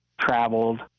traveled